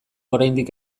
oraindik